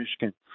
Michigan